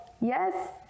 yes